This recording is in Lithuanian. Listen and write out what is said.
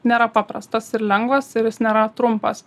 nėra paprastas ir lengvas ir jis nėra trumpas